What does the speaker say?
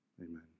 Amen